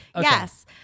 Yes